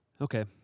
Okay